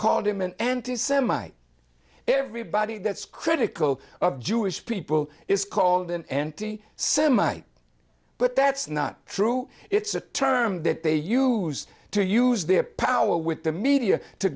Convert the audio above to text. called him an anti semite everybody that's critical of jewish people is called an anti semite but that's not true it's a term that they use to use their power with the media to